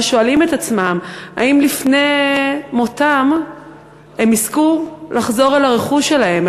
ששואלים את עצמם אם לפני מותם הם יזכו לחזור אל הרכוש שלהם,